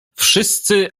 wszyscy